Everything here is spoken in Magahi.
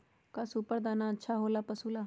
का सुपर दाना अच्छा हो ला पशु ला?